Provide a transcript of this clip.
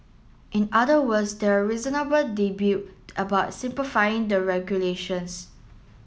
in other words there're reasonable debut about simplifying the regulations